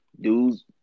dudes